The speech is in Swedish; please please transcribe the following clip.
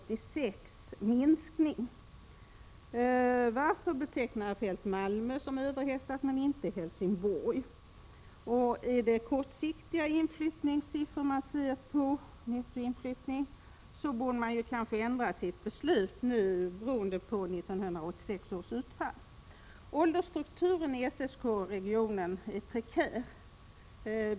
De visar på en minskning. Varför betecknar herr Feldt Malmö som | överhettat men inte Helsingborg? Ser man på inflyttningssiffrorna under korta tidsperioder borde man ändra sitt beslut nu efter utfallet under 1986. Åldersstrukturen i SSK-regionen är prekär.